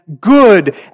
good